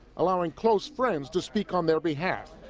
allowing close friends to speak on their behalf.